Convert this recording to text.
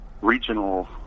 regional